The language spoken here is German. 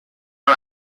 man